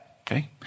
okay